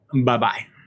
Bye-bye